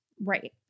Right